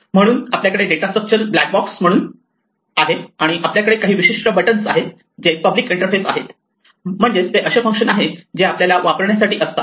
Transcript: म्हणून आपल्याकडे data structure black box म्हणून आहे आणि आपल्याकडे काही विशिष्ट बटन्स आहेत जे पब्लिक इंटरफेस आहेत म्हणजेच ते असे फंक्शन्स आहे जे आपल्याला वापरण्यासाठी असतात